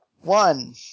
One